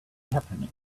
happening